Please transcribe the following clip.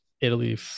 Italy